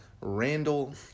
Randall